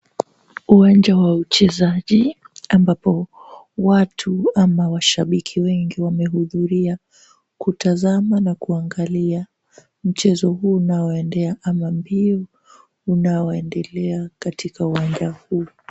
Uwanja wa uchezaji ambapo watu ama washabiki wengi wamehudhuria kutazama na kuangalia mchezo huu unaoendelea ama mbio unaoendelea katika uwanja huu.